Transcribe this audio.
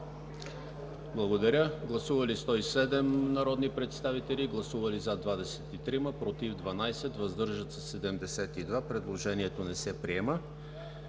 Комисията. Гласували 107 народни представители: за 23, против 12, въздържали се 72. Предложението не се приема.